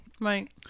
right